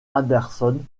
anderson